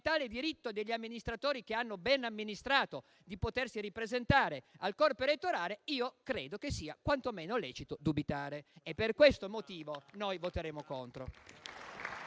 diritto degli amministratori che hanno ben amministrato di potersi ripresentare al corpo elettorale credo che sia quantomeno lecito dubitarlo. Per questo motivo noi voteremo contro.